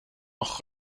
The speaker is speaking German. noch